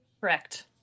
correct